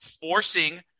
forcing